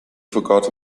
forgot